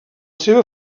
seva